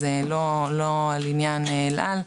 לא על עניין אל על,